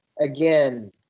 again